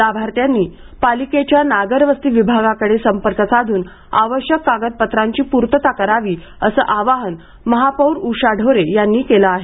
लाभार्थ्यांनी पालिकेच्या नागरवस्ती विभागाकडे संपर्क साधून आवश्यक कागदपत्रांची पूर्तता करावी असं आवाहन महापौर उषा ढोरे यांनी केले आहे